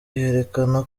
yerekana